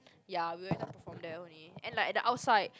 ya we everytime perform there only and like at the outside